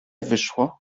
wyszło